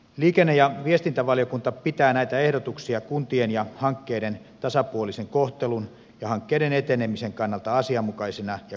liikenne ja viestintävaliokunta pitää näitä ehdotuksia kuntien ja hankkeiden tasapuolisen kohtelun ja hankkeiden etenemisen kannalta asianmukaisina ja kannatettavina